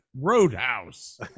roadhouse